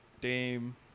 Dame